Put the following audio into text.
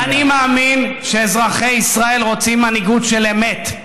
ואני מאמין שאזרחי ישראל רוצים מנהיגות של אמת,